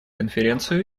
конференцию